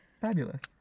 Fabulous